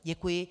Děkuji.